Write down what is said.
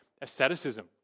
asceticism